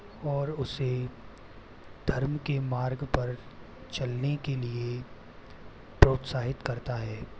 और उसे धर्म के मार्ग पर चलने के लिए प्रोत्साहित करता है